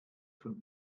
von